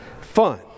fun